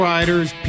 Riders